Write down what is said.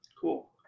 Cool